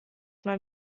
mal